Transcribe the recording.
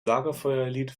lagerfeuerlied